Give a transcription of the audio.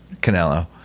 Canelo